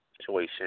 Situation